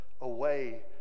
away